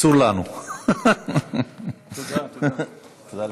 תודה לך.